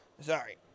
Sorry